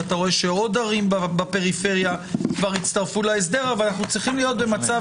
ועוד ערים בפריפריה כבר הצטרפו להסדר אבל אנו צריכים להיות במצב